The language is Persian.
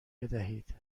بدهید